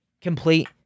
complete